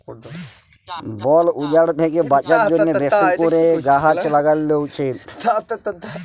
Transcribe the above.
বল উজাড় থ্যাকে বাঁচার জ্যনহে বেশি ক্যরে গাহাচ ল্যাগালো উচিত